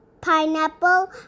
pineapple